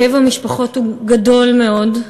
כאב המשפחות הוא גדול מאוד,